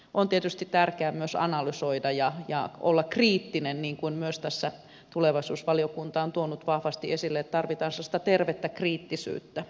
on tietysti tärkeää myös analysoida ja olla kriittinen niin kuin tässä tulevaisuusvaliokunta on myös tuonut vahvasti esille että tarvitaan sellaista tervettä kriittisyyttä